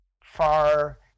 far